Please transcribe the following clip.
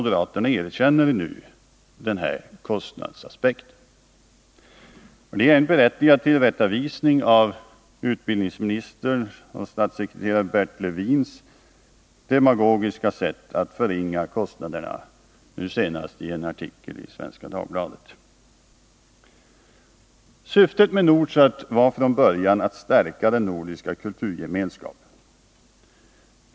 Det är en berättigad tillrättavisning av Jan-Erik Wikström och statssekreterare Bert Levin som på ett demagogiskt sätt försökt förringa kostnaderna, nu senast i en artikel i Svenska Dagbladet. Syftet med Nordsat var från början att stärka den nordiska kulturgemenskapen.